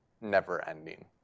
never-ending